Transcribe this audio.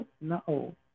No